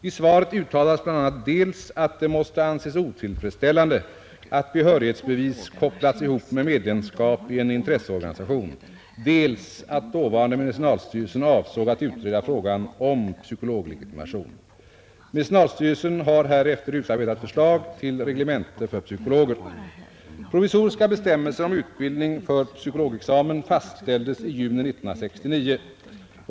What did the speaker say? I svaret uttalades bl.a. dels att det måste anses otillfredsställande att behörighetsbevis kopplats ihop med medlemskap i en intresseorganisation, dels att dåvarande medicinalstyrelsen avsåg att utreda frågan om psykologlegitimation. Socialstyrelsen har härefter utarbetat förslag till reglemente för psykologer. Provisoriska bestämmelser om utbildning för psykologexamen fastställdes i juni 1969.